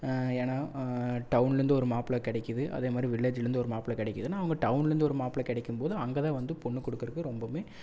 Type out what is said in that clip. ஏன்னா டவுன்லேருந்து ஒரு மாப்பிள கிடைக்கிது அதே மாதிரி வில்லேஜ்லேருந்து ஒரு மாப்பிள கிடைக்கிதுன்னா அவங்க டவுன்லேருந்து ஒரு மாப்பிள கிடைக்கும் போது அங்கே தான் வந்து பொண்ணு குடுக்கறதுக்கு ரொம்ப